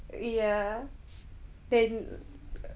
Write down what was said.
ya then